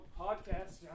podcast